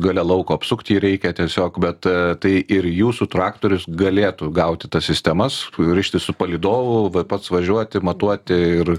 gale lauko apsukt jį reikia tiesiog bet tai ir jūsų traktorius galėtų gauti tas sistemas rištis su palydovu pats važiuoti matuoti ir